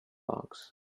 bugs